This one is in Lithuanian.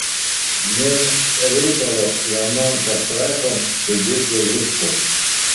nėr reikalo vienon pastraipon sudėti visko